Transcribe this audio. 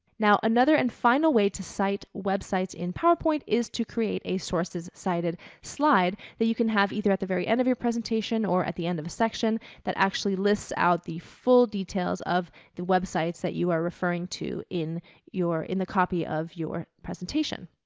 now another and final way to site websites in powerpoint is to create a sources cited slide that you can have either at the very end of your presentation or at the end of a section that actually lists out the full details of the websites that you are referring to in your, in the copy of your presentation.